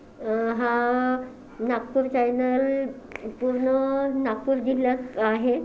हा नागपूर चॅनल पूर्ण नागपूर जिल्ह्यात आहे